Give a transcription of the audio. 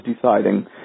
deciding